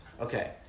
Okay